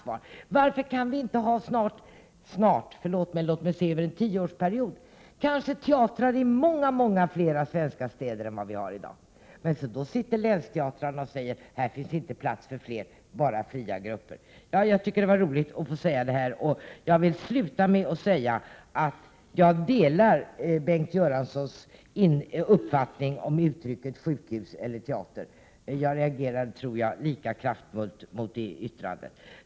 Varför kan vi inte inom en tioårsperiod ha teatrar i många fler svenska städer än i dag? Men då säger länsteatrarna: Här finns det inte plats för fler teatrar utan bara fria grupper. Jag tycker det var roligt att få säga detta. Jag vill tillägga att jag delar Bengt Göranssons uppfattning i fråga om valet mellan sjukhus eller teater. Jag tror att jag reagerade lika kraftfullt som han mot det aktuella yttrandet.